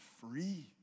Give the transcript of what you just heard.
free